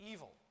Evil